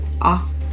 off